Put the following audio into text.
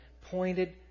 pointed